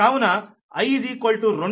కావున i 2 మరియు మీ k 1